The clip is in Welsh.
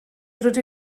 rydw